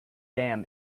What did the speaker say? dam